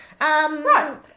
Right